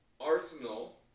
Arsenal